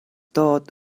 thought